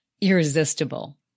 irresistible